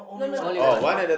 only one no